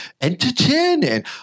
entertaining